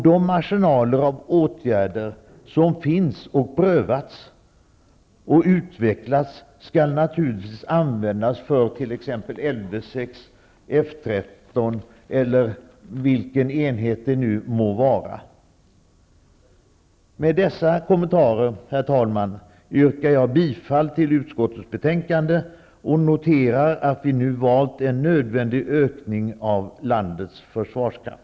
De arsenaler av åtgärder som finns, som prövats och utvecklats, skall naturligtvis användas för t.ex. Lv 6, F 13 eller vilken enhet det nu må vara. Med dessa kommentarer, herr talman, yrkar jag bifall till utskottets hemställan och noterar att vi nu har valt en nödvändig ökning av landets försvarskraft.